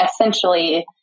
essentially